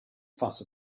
fuss